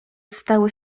stały